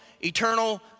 eternal